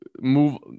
Move